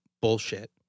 bullshit